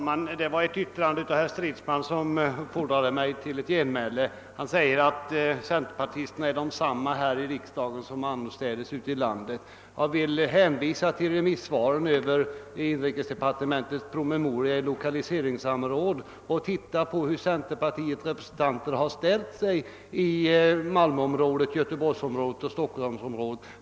Herr talman! Ett yttrande av herr Stridsman uppfordrar mig till ett genmäle. Han säger att centerpartisterna är desamma här i riksdagen som annorstädes ute i landet. Jag vill hänvisa till remissvaren beträffande inrikesdepartementets promemoria om lokaliseringssamråd. Titta på hur centerpartiets representanter har ställt sig i Malmöområdet, Göteborgsområdet och Stockholmsområdet!